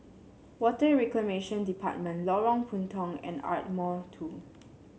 Water Reclamation Department Lorong Puntong and Ardmore Two